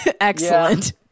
excellent